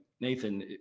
Nathan